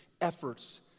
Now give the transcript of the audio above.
efforts